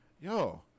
yo